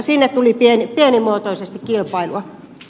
sinne tuli pienimuotoisesti kilpailua